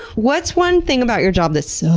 what's one thing about your job that suuuucks?